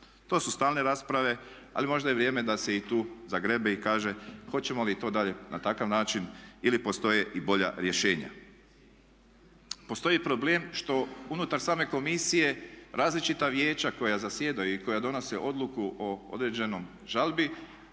To su stalne rasprave, ali možda je vrijeme da se i tu zagrebe i kaže hoćemo li i to dalje na takav način ili postoje i bolja rješenja. Postoji problem što unutar same komisije različita vijeća koja zasjedaju i koja donose odluku o određenoj žalbi